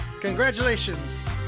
Congratulations